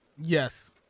Yes